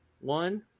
One